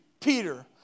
Peter